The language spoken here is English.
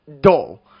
dull